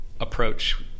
approach